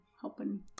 helping